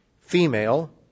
female